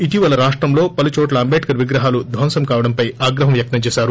ఇటీవల రాష్టంలో పలు చోట్ల అంబేద్కర్ విగ్రహాలు ధ్వంసం కావడంపై ఆగ్రహం వ్యక్తం చేశారు